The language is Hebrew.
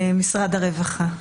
משרד הרווחה.